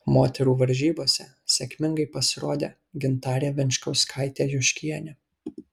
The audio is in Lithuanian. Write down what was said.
moterų varžybose sėkmingai pasirodė gintarė venčkauskaitė juškienė